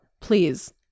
please